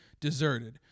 deserted